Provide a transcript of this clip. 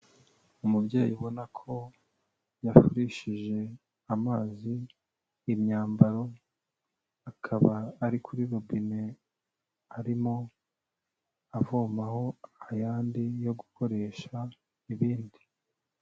Umubyeyi ubona ko yafurishije amazi imyambaro, akaba ari kuri robine arimo avomaho ayandi yo gukoresha ibindi.